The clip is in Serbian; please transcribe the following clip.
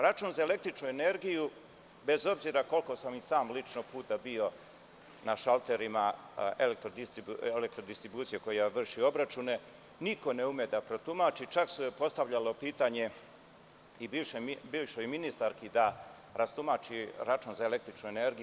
Račun za električnu energiju, bez obzira koliko sam i sam lično puta bio na šalterima Elektrodistribucije koja vrši obračune, niko ne ume da protumači, čak se postavljalo pitanje i bivšoj ministarki da rastumači račun za električnu energiju.